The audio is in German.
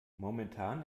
momentan